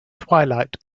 twilight